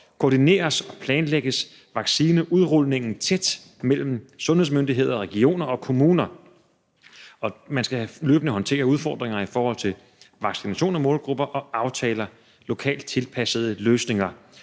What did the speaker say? koordineres og planlægges vaccineudrulningen tæt mellem sundhedsmyndigheder og regioner og kommuner. Man skal løbende håndtere udfordringerne i forhold til vaccination af målgrupper og aftaler om lokalt tilpassede løsninger.